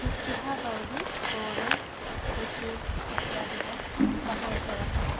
मुख्याः भवन्ति ओणं विशु इत्यादिकं महोत्सवाः